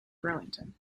burlington